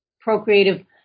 procreative